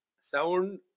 Sound